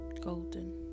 Golden